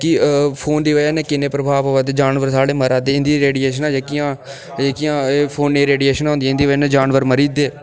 कि फोन दी बजह नै किन्ने प्रभाव पवै दे जानवर साढ़े मरा दे इं'दी रेडिऐशनां जेह्कियां जेह्कियां एह् फोनै दी रेडिएशनां होंदियां इं'दी बजह नै जानवर मरै दे